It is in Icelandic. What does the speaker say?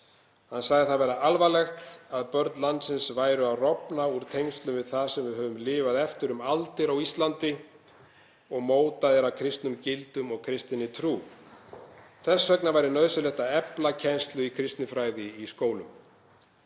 Hann sagði það vera alvarlegt að börn landsins væru að rofna úr tengslum við það sem við höfum lifað eftir um aldir á Íslandi og mótað er af kristnum gildum og kristinni trú. Þess vegna væri nauðsynlegt að efla kennslu í kristinfræði í skólum.